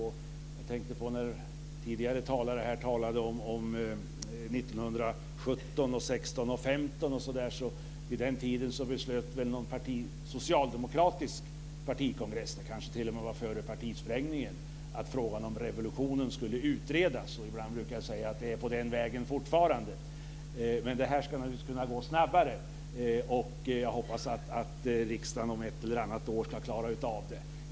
Tidigare talare har här gått tillbaka till 1915, 1916 och 1917, och vid den tiden beslöt någon socialdemokratisk partikongress - kanske var det t.o.m. före partisprängningen - att frågan om revolutionen skulle utredas. Jag brukar ibland säga att det fortfarande är på den vägen. Det här ska kunna gå snabbare. Jag hoppas att riksdagen om ett eller annat år ska klara detta.